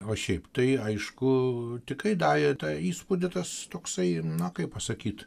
o šiaip tai aišku tikrai darė tą įspūdį tas toksai na kaip pasakyti